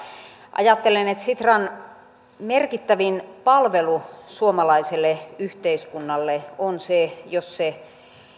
ajattelen että sitran merkittävin palvelu suomalaiselle yhteiskunnalle on se jos